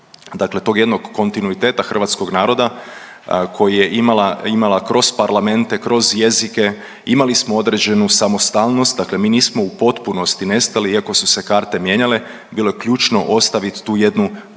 dakle tog jednog kontinuiteta hrvatskog naroda koji je imala kroz parlamente, kroz jezike, imali smo određenu samostalnost. Dakle, mi nismo u potpunosti nestali iako su se karte mijenjale, bilo je ključno ostavit tu jednu dosljednost